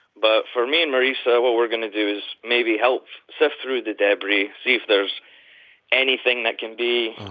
but for me and marissa, what we're going to do is maybe help sift through the debris. see if there's anything that can be.